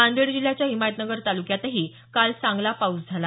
नांदेड जिल्ह्याच्या हिमायतनगर तालुक्यातही काल चांगला पाऊस झाला